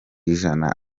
ijana